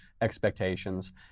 expectations